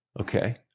Okay